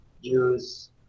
use